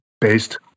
Based